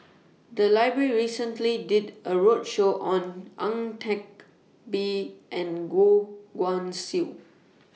The Library recently did A roadshow on Ang Teck Bee and Goh Guan Siew